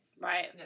Right